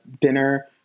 dinner